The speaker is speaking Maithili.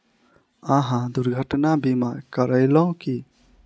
अहाँ दुर्घटना बीमा करेलौं की?